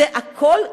זה הכול,